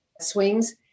swings